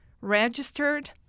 registered